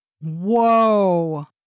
Whoa